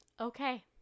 Okay